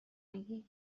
میگی